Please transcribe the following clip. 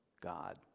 God